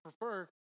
prefer